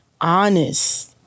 Honest